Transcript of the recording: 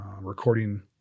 recording